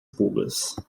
pulgas